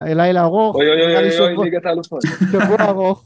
היה לילה ארוך, אוי אוי אוי אוי אוי אוי, ליגת האלופות